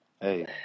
Hey